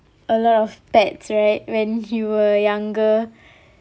a lot of pets right when you were younger